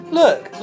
look